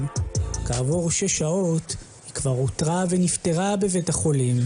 להבין שחייב להיות פה איזשהו רצף הוליסטי לחינוך,